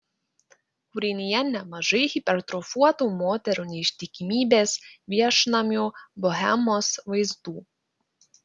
kūrinyje nemažai hipertrofuotų moterų neištikimybės viešnamių bohemos vaizdų